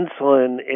insulin